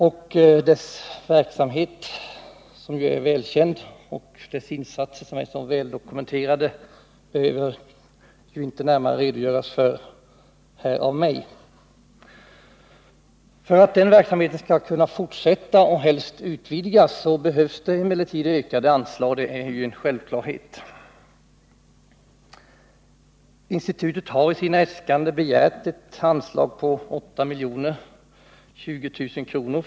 SIPRI:s verksamhet som är så välkänd och dess insatser som är så väldokumenterade behöver jag inte närmare redogöra för. För att denna verksamhet skall kunna fortsätta och helst utvidgas behövs det emellertid ökade anslag, det är en självklarhet. Institutet har i sina äskanden begärt ett anslag på 8 020 000 kr.